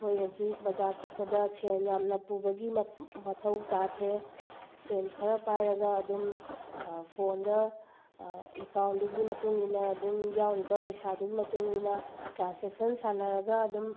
ꯑꯩꯈꯣꯏ ꯍꯧꯖꯤꯛ ꯕꯖꯥꯔ ꯆꯠꯄꯗ ꯁꯦꯟ ꯌꯥꯝꯅ ꯄꯨꯕꯒꯤ ꯃꯊꯧ ꯇꯥꯗ꯭ꯔꯦ ꯁꯦꯟ ꯈꯔ ꯄꯥꯏꯔꯒ ꯑꯗꯨꯝ ꯐꯣꯟꯗ ꯑꯦꯀꯥꯎꯟꯗꯨꯒꯤ ꯃꯇꯨꯡ ꯏꯟꯅ ꯑꯗꯨꯝ ꯌꯥꯎꯔꯤꯕ ꯄꯩꯁꯥꯗꯨꯒꯤ ꯃꯇꯨꯡ ꯏꯟꯅ ꯇ꯭ꯔꯥꯟꯁꯦꯛꯁꯟ ꯁꯥꯟꯅꯔꯒ ꯑꯗꯨꯝ